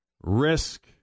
Risk